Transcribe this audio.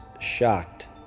shocked